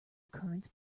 occurrence